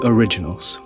Originals